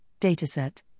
dataset